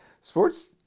Sports